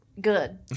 good